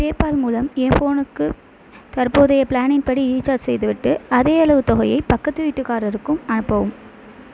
PayPal மூலம் என் ஃபோனுக்கு தற்போதைய பிளானின் படி ரீசார்ஜ் செய்துவிட்டு அதேயளவு தொகையை பக்கத்து வீட்டுக்காரருக்கும் அனுப்பவும்